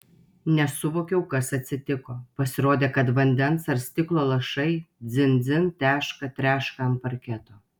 nesuvokiau kas atsitiko pasirodė kad vandens ar stiklo lašai dzin dzin teška treška ant parketo